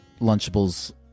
Lunchable's